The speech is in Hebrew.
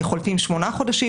חולפים שמונה חודשים.